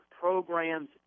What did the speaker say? program's